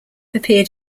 appeared